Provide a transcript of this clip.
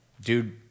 Dude